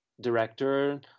director